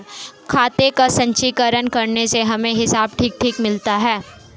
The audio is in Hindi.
खाते का संचीकरण करने से हमें हिसाब ठीक ठीक मिलता है